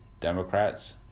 Democrats